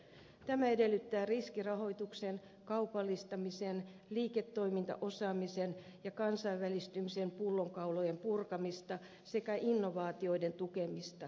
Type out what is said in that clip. tämä edellyttää riskirahoituksen kaupallistamisen liiketoimintaosaamisen ja kansainvälistymisen pullonkaulojen purkamista sekä innovaatioiden tukemista